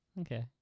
Okay